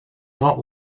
not